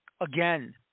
again